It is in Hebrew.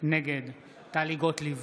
נגד טלי גוטליב,